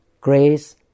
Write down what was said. grace